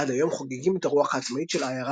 עד היום חוגגים את הרוח העצמאית של העיירה